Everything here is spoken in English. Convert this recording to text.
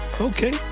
Okay